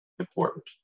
important